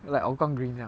like hougang green 这样